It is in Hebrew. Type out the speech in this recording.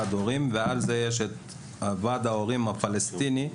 ומעליהם יש את ועד ההורים הפלסטיני,